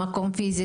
מקום פיזי?